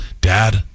dad